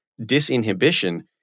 disinhibition